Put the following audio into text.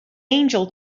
angel